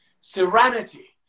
serenity